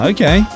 Okay